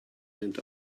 went